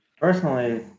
Personally